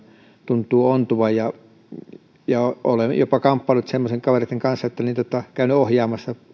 tuntuu ontuvan olen jopa kamppaillut semmoisten kavereitten kanssa käynyt ohjaamassa